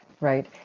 Right